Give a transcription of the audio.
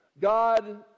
God